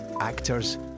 actors